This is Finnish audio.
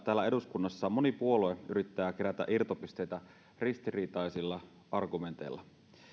täällä eduskunnassa moni puolue yrittää kerätä irtopisteitä ristiriitaisilla argumenteilla